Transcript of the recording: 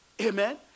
Amen